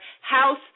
House